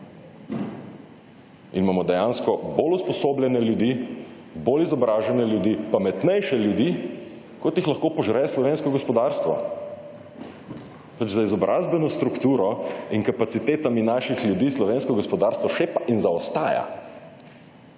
In imamo dejansko bolj usposobljene ljudi, bolj izobražene ljudi, pametnejše ljudi kot jih lahko požre slovensko gospodarstvo. Pač za izobrazbeno strukturo in kapacitetami naših ljudi slovensko gospodarstvo šepa in zaostaja.